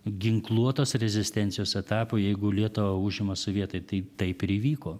ginkluotos rezistencijos etapui jeigu lietuva užima sovietai tai taip ir įvyko